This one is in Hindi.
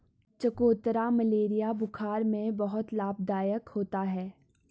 चकोतरा मलेरिया बुखार में बहुत लाभदायक होता है